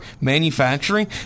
manufacturing